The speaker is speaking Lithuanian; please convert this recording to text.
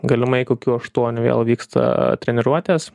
galimai kokių aštuonių vėl vyksta treniruotės